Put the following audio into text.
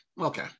okay